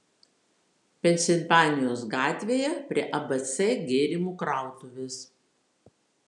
pensilvanijos gatvėje prie abc gėrimų krautuvės